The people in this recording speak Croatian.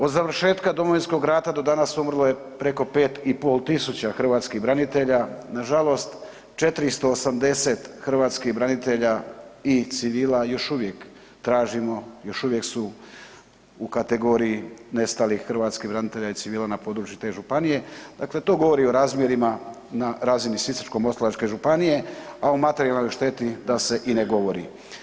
Od završetka Domovinskog rata do danas umrlo je preko 5500 hrvatskih branitelja, nažalost 480 hrvatskih branitelja i civila još uvijek tražimo, još uvijek su u kategoriji nestalih hrvatskih branitelja i civila na području te županije, dakle to govori o razmjerima na razini Sisačko-moslavačke županije, a o materijalnoj šteti da se i ne govori.